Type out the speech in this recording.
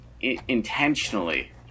intentionally